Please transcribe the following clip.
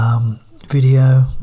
video